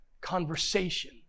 conversation